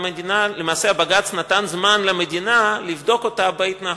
למעשה הבג"ץ נתן זמן למדינה לבדוק אותה בהתנהלות.